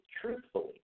truthfully